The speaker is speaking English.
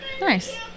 Nice